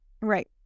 right